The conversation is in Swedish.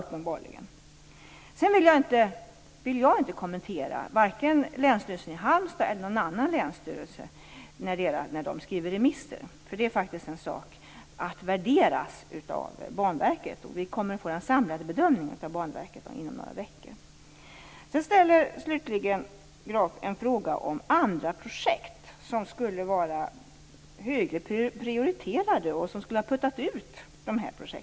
Jag vill inte kommentera vare sig Länsstyrelsens i Halmstad eller någon annan länsstyrelses remisser. Det är faktiskt något som skall värderas av Banverket. Vi kommer att få Banverkets samlade bedömning inom några veckor. Slutligen ställer Graf en fråga om andra projekt som skulle vara högre prioriterade och som skulle ha puttat ut Västkustbanan.